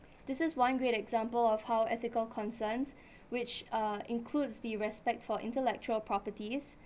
this is one great example of how ethical concerns which uh includes the respect for intellectual properties